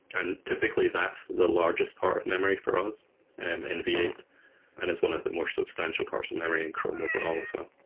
and typically, that's the largest part of memory for us and in v eight and it's one of the more substantial parts of memory in chrome overall as well